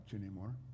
anymore